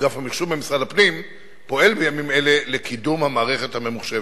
אגף המחשוב במשרד הפנים פועל בימים אלה לקידום המערכת הממוחשבת.